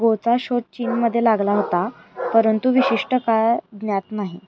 गोचा शोध चीनमध्ये लागला होता परंतु विशिष्ट काळ ज्ञात नाही